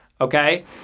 okay